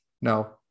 No